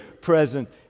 present